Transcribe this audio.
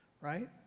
right